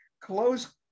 close